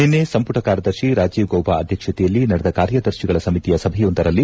ನಿನ್ನೆ ಸಂಪುಟ ಕಾರ್ಯದರ್ಶಿ ರಾಜೀವ್ ಗೌಬಾ ಅಧ್ಯಕ್ಷತೆಯಲ್ಲಿ ನಡೆದ ಕಾರ್ಯದರ್ಶಿಗಳ ಸಮಿತಿಯ ಸಭೆಯೊಂದರಲ್ಲಿ